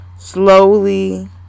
Slowly